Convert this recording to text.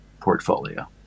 portfolio